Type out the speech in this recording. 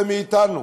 זה מאתנו.